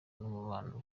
n’umubano